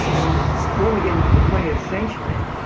and when we get into the twentieth century,